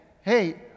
hey